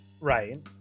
Right